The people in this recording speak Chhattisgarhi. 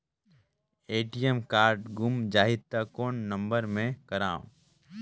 ए.टी.एम कारड गुम जाही त कौन नम्बर मे करव?